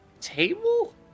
table